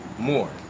more